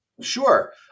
Sure